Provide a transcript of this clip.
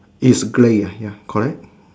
is grey ah ya correct